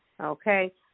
okay